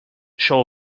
show